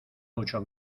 mucho